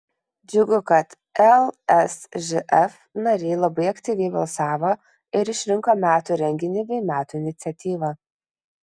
džiugu kad lsžf nariai labai aktyviai balsavo ir išrinko metų renginį bei metų iniciatyvą